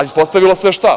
Ispostavilo se šta?